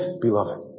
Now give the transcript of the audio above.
beloved